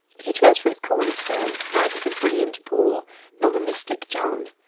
he chose for its corner-stone neither the brilliant paul nor the mystic john,